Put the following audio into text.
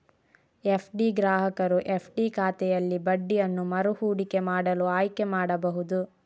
FD ಗ್ರಾಹಕರು FD ಖಾತೆಯಲ್ಲಿ ಬಡ್ಡಿಯನ್ನು ಮರು ಹೂಡಿಕೆ ಮಾಡಲು ಆಯ್ಕೆ ಮಾಡಬಹುದು